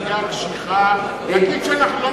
על-ידי גבייה קשיחה להגיד שאנחנו לא